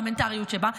והפרלמנטריות שבה.